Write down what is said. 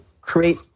create